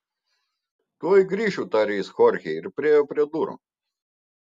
tuoj grįšiu tarė jis chorchei ir priėjo prie durų